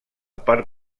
per